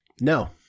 No